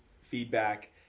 feedback